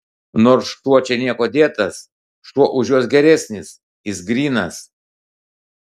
nors šuo čia niekuo dėtas šuo už juos geresnis jis grynas